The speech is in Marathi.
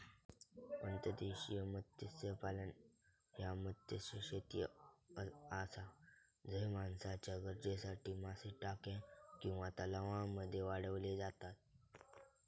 अंतर्देशीय मत्स्यपालन ह्या मत्स्यशेती आसा झय माणसाच्या गरजेसाठी मासे टाक्या किंवा तलावांमध्ये वाढवले जातत